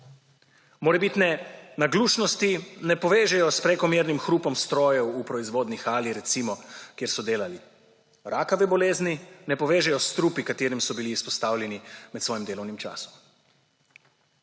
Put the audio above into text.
Morebitne naglušnosti recimo ne povežejo s prekomernim hrupom strojev v proizvodni hali, kjer so delali, rakave bolezni ne povežejo s strupi, ki so jim bili izpostavljeni med svojim delovnim časom.